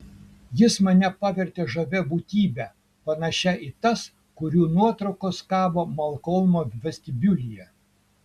jis mane pavertė žavia būtybe panašia į tas kurių nuotraukos kabo malkolmo vestibiulyje